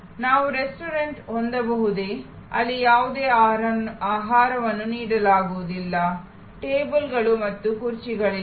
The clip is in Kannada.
ನಾವು ರೆಸ್ಟೋರೆಂಟ್ ಹೊಂದಬಹುದೇ ಅಲ್ಲಿ ಯಾವುದೇ ಆಹಾರವನ್ನು ನೀಡಲಾಗುವುದಿಲ್ಲ ಟೇಬಲ್ಗಳು ಮತ್ತು ಕುರ್ಚಿಗಳಿಲ್ಲ